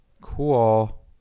Cool